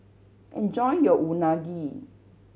enjoy your Unagi